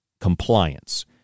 compliance